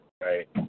Right